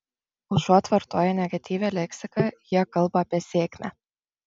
užuot vartoję negatyvią leksiką jie kalba apie sėkmę